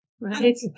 Right